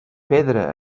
pedra